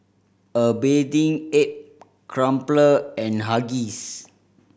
A Bathing Ape Crumpler and Huggies